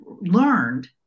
learned